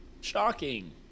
Shocking